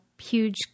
huge